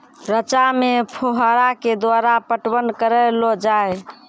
रचा मे फोहारा के द्वारा पटवन करऽ लो जाय?